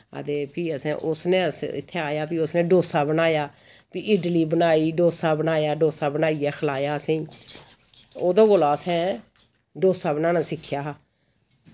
हां ते फ्ही असैं उसनै अस इत्थै आया फ्ही उसनै डोसा बनाया फ्ही इडली बनाई डोसा बनाया डोसा बनाइयै खलाया असें ओह्दे कोला असैं डोसा बनाना सिक्खेया हा